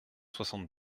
soixante